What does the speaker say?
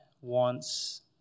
wants